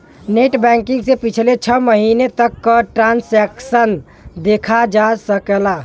net banking से पिछले छः महीने तक क ट्रांसैक्शन देखा जा सकला